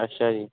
ਅੱਛਾ ਜੀ